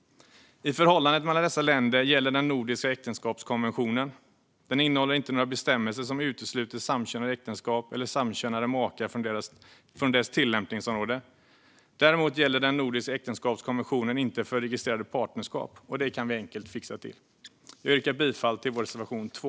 I förhållandet mellan dessa länder gäller den nordiska äktenskapskonventionen. Den innehåller inte några bestämmelser som utesluter samkönade äktenskap eller samkönade makar från tillämpningsområdet. Däremot gäller den nordiska äktenskapskonventionen inte för registrerade partnerskap. Det kan vi enkelt fixa till. Jag yrkar bifall till vår reservation 2.